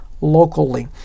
locally